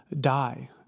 die